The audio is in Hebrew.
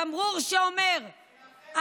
תמרור שאומר,